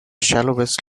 shallowest